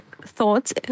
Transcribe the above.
thoughts